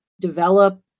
develop